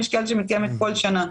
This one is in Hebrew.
יש כאלה שמתקיימת כל שנה.